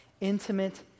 intimate